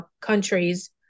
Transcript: countries